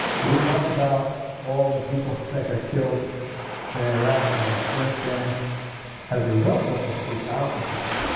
do we talk about all the people that got killed in iraq and afghanistan as a result of the three thousand people?